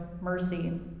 mercy